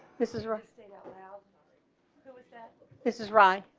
this is rusty. now was that this is right.